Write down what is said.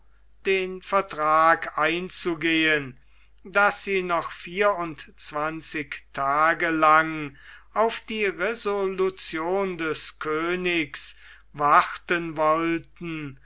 den vertrag einzugehen daß sie noch vier und zwanzig tage lang auf die resolution des königs warten wollten